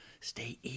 stay